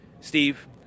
Steve